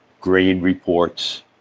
grain reports,